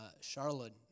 Charlotte